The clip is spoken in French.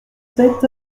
sept